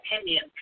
opinion